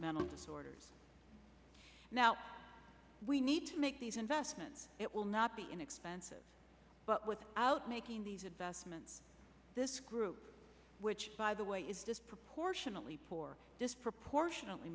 mental disorders now we need to make these investments it will not be inexpensive but without making these investments this group which by the way is disproportionately poor disproportionately